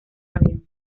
avión